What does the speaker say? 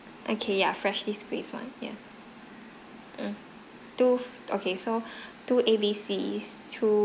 okay yeah freshly squeezed one yes mm two okay so two A B C two